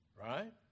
right